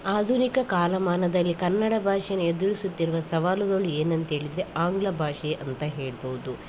ಆಧುನಿಕ ಕಾಲಮಾನದಲ್ಲಿ ಕನ್ನಡ ಭಾಷೆ ಎದುರಿಸುತ್ತಿರುವ ಸವಾಲುಗಳು ಏನಂತ ಹೇಳಿದರೆ ಆಂಗ್ಲ ಭಾಷೆ ಅಂತ ಹೇಳ್ಬಹುದು